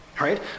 Right